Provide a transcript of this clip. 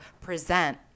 present